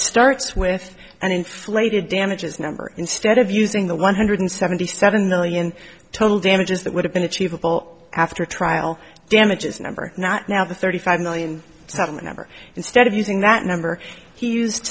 starts with an inflated damages number instead of using the one hundred seventy seven million total damages that would have been achievable after trial damages number not now the thirty five million seven number instead of using that number he used